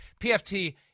pft